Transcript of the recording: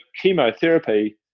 chemotherapy